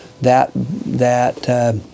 that—that